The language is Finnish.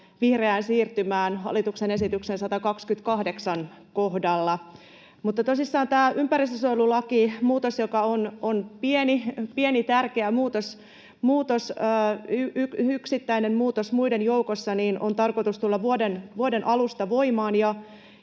vihreään siirtymään hallituksen esityksen 128 kohdalla. Tosissaan tämän ympäristönsuojelulakimuutoksen, joka on pieni, tärkeä muutos — yksittäinen muutos muiden joukossa — on tarkoitus tulla vuoden alusta voimaan,